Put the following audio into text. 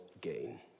gain